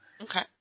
Okay